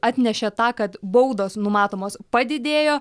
atnešė tą kad baudos numatomos padidėjo